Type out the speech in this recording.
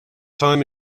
time